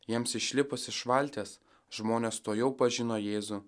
jiems išlipus iš valties žmonės tuojau pažino jėzų